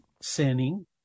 sinning